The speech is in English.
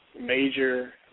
major